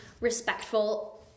respectful